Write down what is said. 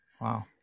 Wow